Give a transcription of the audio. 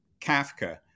Kafka